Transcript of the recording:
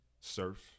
Surf